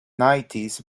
nineties